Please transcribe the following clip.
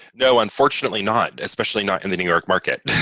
no, unfortunately not. especially not in the new york market.